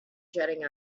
jetting